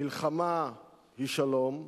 מלחמה היא שלום,